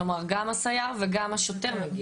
כלומר גם הסייר וגם השוטר מגיעים.